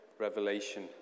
revelation